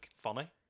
funny